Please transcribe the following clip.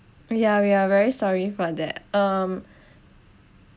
we are we are very sorry for that um